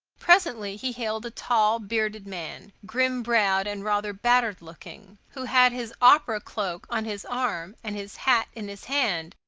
presently he hailed a tall, bearded man, grim-browed and rather battered-looking, who had his opera cloak on his arm and his hat in his hand,